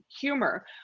humor